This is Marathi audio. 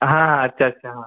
हां हां अच्छा अच्छा हां